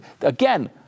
again